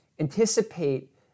anticipate